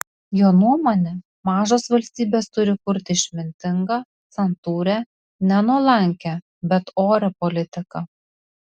jo nuomone mažos valstybės turi kurti išmintingą santūrią ne nuolankią bet orią politiką